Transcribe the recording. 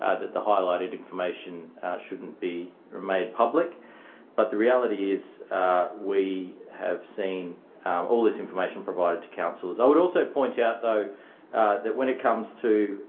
ah that the highlighted information shouldn't be made public but the reality is we have seen all this information provided to councillors. i would also point out though that when it comes to